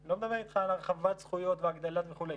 אני לא מדבר איתך על הרחבת זכויות והגדלות וכו',